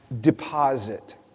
deposit